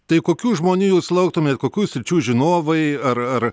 tai kokių žmonių jūs lauktumėt kokių sričių žinovai ar ar